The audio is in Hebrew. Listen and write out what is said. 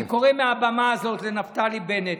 אני קורא מהבמה הזאת לנפתלי בנט,